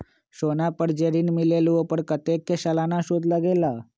सोना पर जे ऋन मिलेलु ओपर कतेक के सालाना सुद लगेल?